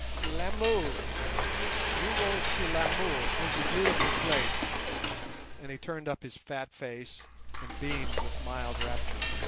lamu, said he, you goes to lamu oh ze beautiful place and he turned up his fat face and beamed with mild rapture.